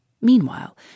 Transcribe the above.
Meanwhile